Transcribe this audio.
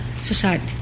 society